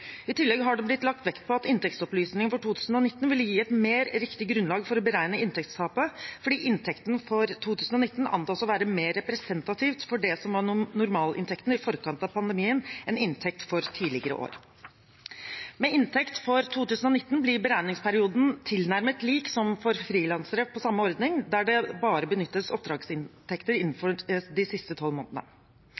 I tillegg har det blitt lagt vekt på at inntektsopplysningene for 2019 ville gi et mer riktig grunnlag for å beregne inntektstapet, fordi inntekten for 2019 antas å være mer representativ for det som var normalinntekten i forkant av pandemien, enn inntekt for tidligere år. Med inntekt for 2019 blir beregningsperioden tilnærmet lik som for frilansere på samme ordning, der det bare benyttes oppdragsinntekter